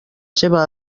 seva